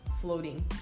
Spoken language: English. floating